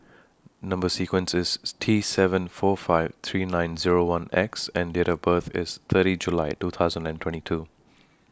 Number sequence IS T seven four five three nine Zero one X and Date of birth IS thirty July two thousand and twenty two